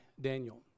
Daniel